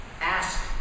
Ask